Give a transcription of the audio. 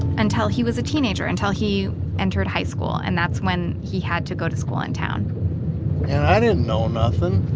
until he was a teenager until he entered high school and that's when he had to go to school in town. and i didn't know nothin'.